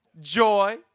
joy